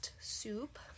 Soup